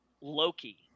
Loki